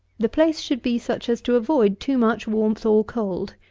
the place should be such as to avoid too much warmth or cold.